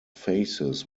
faces